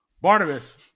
Barnabas